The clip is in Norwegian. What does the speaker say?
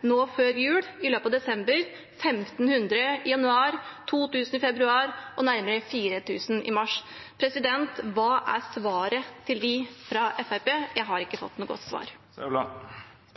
nå før jul i løpet av desember, 1 500 i januar, 2 000 i februar og nærmere 4 000 i mars. Hva er svaret til dem fra Fremskrittspartiet? Jeg har ikke fått noe godt svar.